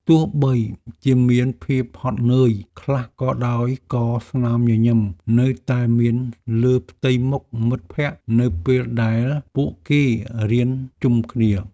ទោះបីជាមានភាពហត់នឿយខ្លះក៏ដោយក៏ស្នាមញញឹមនៅតែមានលើផ្ទៃមុខមិត្តភក្តិនៅពេលដែលពួកគេរៀនជុំគ្នា។